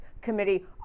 committee